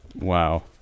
Wow